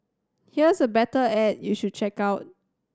here's a better ad you should check out